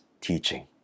teaching